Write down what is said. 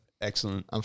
excellent